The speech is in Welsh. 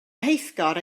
rheithgor